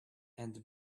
and